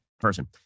person